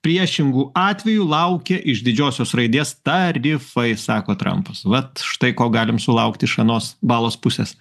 priešingu atveju laukia iš didžiosios raidės tarifai sako trampas vat štai ko galim sulaukt iš anos balos pusės